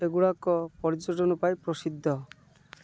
ଏଗୁଡ଼ାକ ପର୍ଯ୍ୟଟନ ପାଇଁ ପ୍ରସିଦ୍ଧ